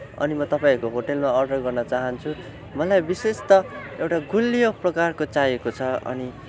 अनि म तपाईँहरूको होटेलमा अर्डर गर्न चाहन्छु मलाई विशेष त एउटा गुलियो प्रकारको चाहिएको छ अनि